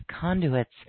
conduits